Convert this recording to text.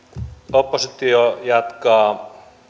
oppositio jatkaa